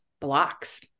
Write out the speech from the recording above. blocks